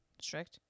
strict